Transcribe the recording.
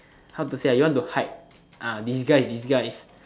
how to say ah you want to hide ah disguise disguise